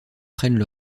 prennent